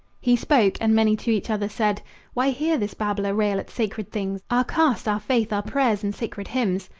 he spoke, and many to each other said why hear this babbler rail at sacred things our caste, our faith, our prayers and sacred hymns?